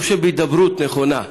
אני חושב שבהידברות נכונה,